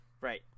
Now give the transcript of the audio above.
Right